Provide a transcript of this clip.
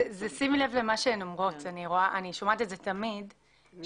אני התפתיתי ונסעתי אליו.